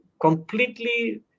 completely